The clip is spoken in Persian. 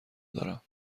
دارم